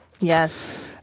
Yes